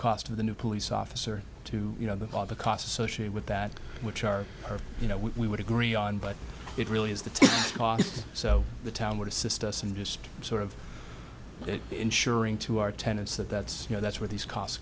cost of the new police officer to you know the all the costs associated with that which are you know we would agree on but it really is the team so the town would assist us in just sort of ensuring to our tenants that that's you know that's where these costs